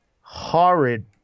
horrid